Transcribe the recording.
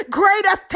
greater